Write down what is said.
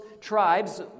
tribes